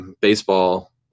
Baseball